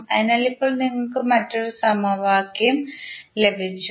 അതിനാൽ ഇപ്പോൾ നിങ്ങൾക്ക് മറ്റൊരു സമവാക്യം ലഭിച്ചു